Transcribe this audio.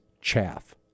chaff